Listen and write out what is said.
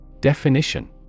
Definition